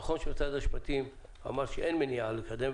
נכון שמשרד המשפטים אמר שאין מניעה לקדם,